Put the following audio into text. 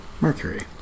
Mercury